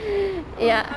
ya